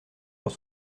pour